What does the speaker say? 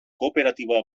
kooperatiba